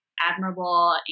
admirable